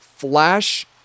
flash